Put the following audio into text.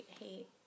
hate